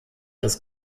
des